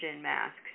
mask